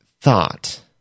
thought